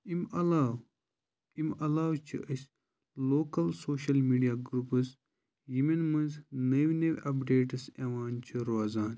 یِم عَلاوٕ امہِ علاوٕ چھِ أسۍ لوکَل سوشَل میٖڈیا گرُپٕز یِمَن منٛز نٔوۍ نٔوۍ اَپڈیٹٕس یِوان چھِ روزان